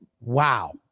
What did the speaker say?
wow